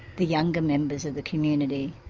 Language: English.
the younger members of the community.